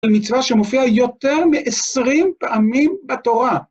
מצווה שמופיעה יותר מ-20 פעמים בתורה.